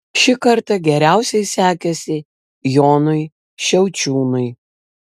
šį kartą geriausiai sekėsi jonui šiaučiūnui